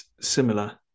similar